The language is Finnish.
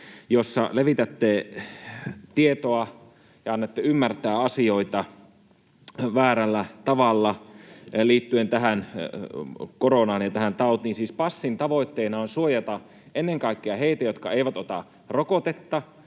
joissa levitätte tietoa ja annatte ymmärtää asioita väärällä tavalla liittyen tähän koronaan ja tähän tautiin. Siis passin tavoitteena on suojata ennen kaikkea heitä, jotka eivät ota rokotetta,